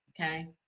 Okay